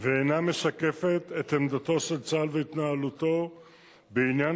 ואינה משקפת את עמדתו של צה"ל והתנהלותו בעניין